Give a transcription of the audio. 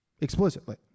explicitly